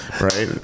right